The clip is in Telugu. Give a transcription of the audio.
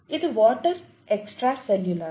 ఇది వాటర్ ఎక్స్ట్రాసెల్యులర్